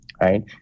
right